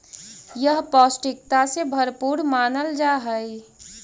यह पौष्टिकता से भरपूर मानल जा हई